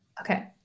Okay